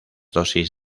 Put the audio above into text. dosis